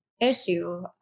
issue